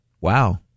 Wow